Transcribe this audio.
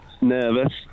Nervous